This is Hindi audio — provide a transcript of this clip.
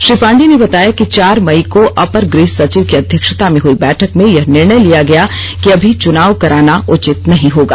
श्री पांडेय ने बताया कि चार मई को अपर गृह सचिव की अध्यक्षता में हुई बैठक में यह निर्णय लिया गया कि अभी चुनाव कराना उचित नहीं होगा